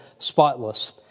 Spotless